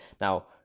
Now